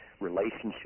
relationship